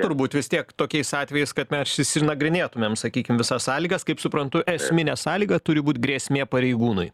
turbūt vis tiek tokiais atvejais kad mes išsinagrinėtumėm sakykim visas sąlygas kaip suprantu esminė sąlyga turi būt grėsmė pareigūnui